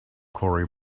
corey